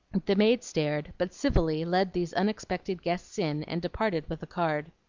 the maid stared, but civilly led these unexpected guests in and departed with the card.